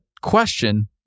question